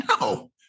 no